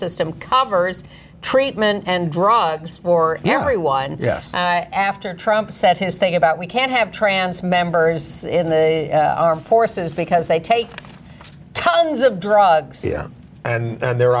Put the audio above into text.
system covers treatment and drugs for everyone after trump said his thing about we can't have trans members in the armed forces because they take tons of drugs and their